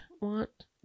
want